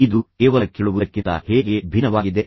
ಇದು ಕೇವಲ ಕೇಳುವುದಕ್ಕಿಂತ ಹೇಗೆ ಭಿನ್ನವಾಗಿದೆ